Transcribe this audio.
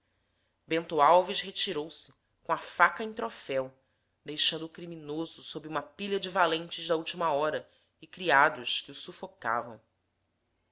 bento alves retirou-se com a faca em troféu deixando o criminoso sob uma pilha de valentes da última hora e criados que o sufocavam